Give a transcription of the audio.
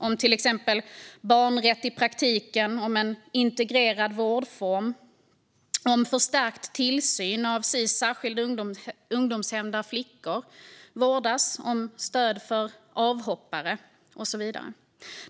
Det handlar om barnrätt i praktiken, integrerad vårdform, förstärkt tillsyn av Sis särskilda ungdomshem där flickor vårdas, stöd för avhoppare och så vidare.